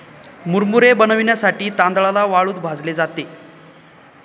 मुरमुरे बनविण्यासाठी तांदळाला वाळूत भाजले जाते